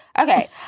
Okay